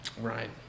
Right